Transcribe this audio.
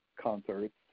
concerts